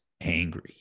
angry